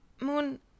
Moon